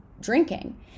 drinking